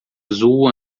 azul